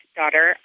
daughter